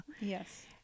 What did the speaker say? Yes